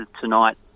tonight